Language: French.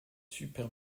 super